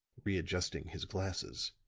readjusting his glasses.